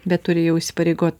bet turi jau įsipareigot